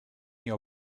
your